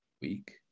week